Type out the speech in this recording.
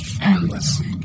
endlessly